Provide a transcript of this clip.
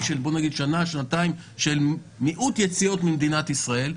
של שנה-שנתיים של מיעוט יציאות ממדינת ישראל?